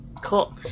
Cool